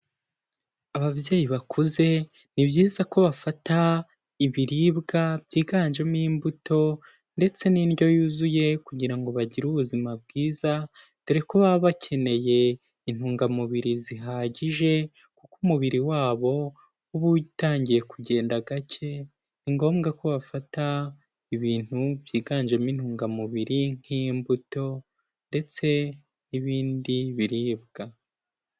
Ababyeyi bakuze ni byiza ko bafata ibiribwa byiganjemo imbuto ndetse n'indyo yuzuye kugira ngo bagire ubuzima bwiza, dore ko baba bakeneye intungamubiri zihagije kuko umubiri wabo uba utangiye kugenda gake, ni ngombwa ko bafata ibintu byiganjemo intungamubiri nk'imbuto ndetse n'ibindi biribwa.